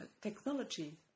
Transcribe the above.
technology